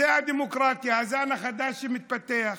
זו הדמוקרטיה, הזן החדש שמתפתח.